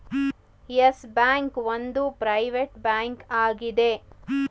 Yes Bank ಒಂದು private bank ಆಗಿದೆ